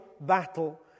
battle